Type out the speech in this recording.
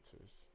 answers